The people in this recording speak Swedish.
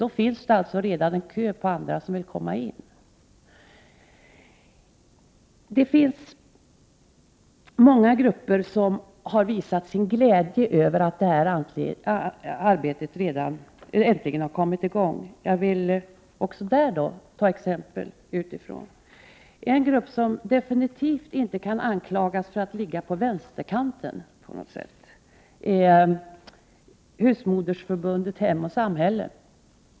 Det finns då redan en kö med andra som vill komma in. Många grupper har visat sin glädje över att detta arbete äntligen har kommit i gång. Jag vill även nu ta ett exempel utifrån. En grupp som absolut inte kan anklagas för att ligga på vänsterkanten på något sätt är Husmodersförbundet Hem och Samhälle.